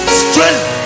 strength